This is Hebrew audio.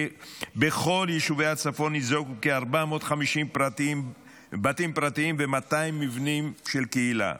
בכל יישובי הצפון ניזוקו כ-450 בתים פרטיים וכ-200 מבני קהילה.